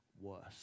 worse